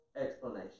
explanation